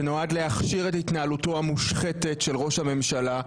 ונועד להכשיר את התנהלותו המושחתת של ראש הממשלה,